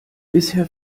bisher